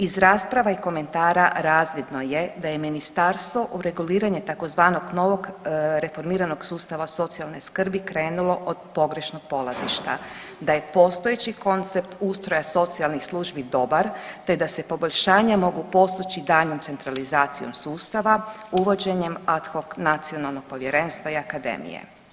Iz rasprava i komentara razvidno je da je ministarstvo u reguliranje tzv. novog reformiranog sustava socijalne skrbi krenulo od pogrešnog polazišta, da je postojeći koncept ustroja socijalnih službi dobar, te da se poboljšanja mogu postići daljnjom centralizacijom sustava uvođenjem ad hoc Nacionalnog povjerenstva i akademije.